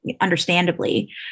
understandably